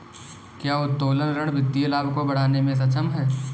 क्या उत्तोलन ऋण वित्तीय लाभ को बढ़ाने में सक्षम है?